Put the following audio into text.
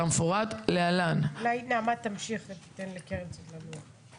כמפורט להלן: נעמה תמשיך ותיתן לקרן קצת לנוח.